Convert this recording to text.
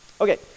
Okay